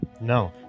no